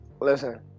listen